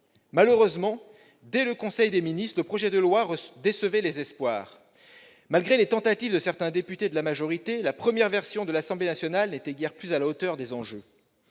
Malheureusement, dès le conseil des ministres, le projet de loi décevait ces espoirs. Malgré les tentatives de certains députés de la majorité, la première version adoptée par l'Assemblée nationale n'était guère plus à la hauteur des enjeux.